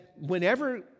whenever